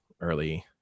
early